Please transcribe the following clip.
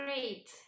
great